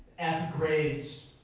f grades